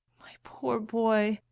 my poor boy!